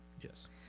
Yes